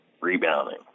rebounding